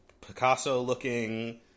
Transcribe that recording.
Picasso-looking